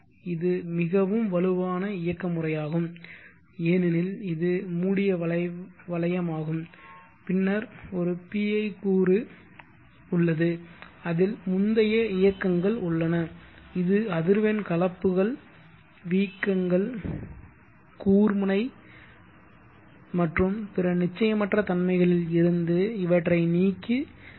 இது மிகவும் வலுவான இயக்க முறையாகும் ஏனெனில் இது மூடிய வளையமாகும் பின்னர் ஒரு PI கூறு உள்ளது அதில் முந்தைய இயக்கங்கள் உள்ளது இது அதிர்வெண் கலப்புகள் வீக்கங்கள் கூர்முனை மற்றும் பிற நிச்சயமற்ற தன்மைகளில் இருந்து இவற்றை நீக்கி தரும்